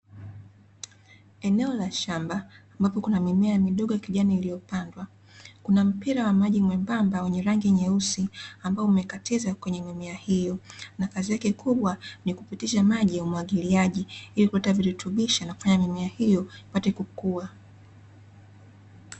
Eneo la shamba ambako kuna mimea midogo ya kijani imepandwa, kuna mpira wa maji mwembamba wenye rangi nyeusi, ambao umekatiza kwenye mimea hiyo, na kazi yake kubwa ni kupitisha maji ya umwagiliaji, ili kupata virutubishi na kufanya mimea hiyo ipate kukua.